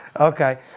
Okay